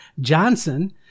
Johnson